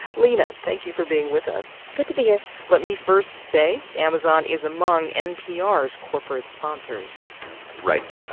lina, thank you for being with us good to be here let me first say, amazon is among npr's corporate sponsors right.